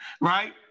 right